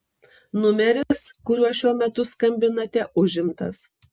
numeris kuriuo šiuo metu skambinate užimtas